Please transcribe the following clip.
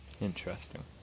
Interesting